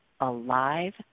alive